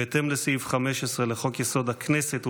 בהתאם לסעיף 15 לחוק-יסוד: הכנסת,